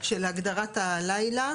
של הגדרת הלילה.